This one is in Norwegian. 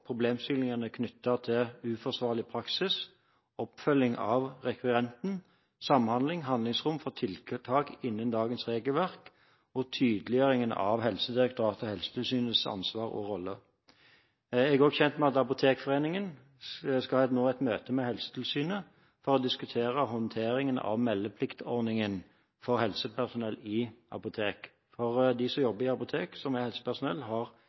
problemstillingene knyttet til uforsvarlig praksis, oppfølging av rekvirenten, samhandling, handlingsrom for tiltak innen dagens regelverk og tydeliggjøring av Helsedirektoratets og Helsetilsynets ansvar og roller. Jeg er også kjent med at Apotekforeningen nå skal ha et møte med Helsetilsynet for å diskutere håndteringen av meldepliktordningen for helsepersonell i apotek. De som jobber i apotek som er helsepersonell, har